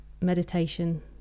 meditation